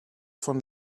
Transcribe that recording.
von